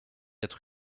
être